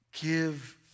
give